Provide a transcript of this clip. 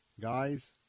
guys